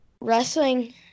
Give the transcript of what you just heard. wrestling